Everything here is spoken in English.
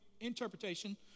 interpretation